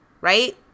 right